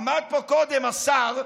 עמד פה קודם השר,